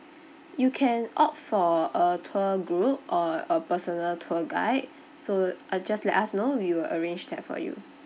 you can opt for a tour group or a personal tour guide so uh just let us know we will arrange that for you